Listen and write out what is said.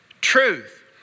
truth